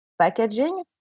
packaging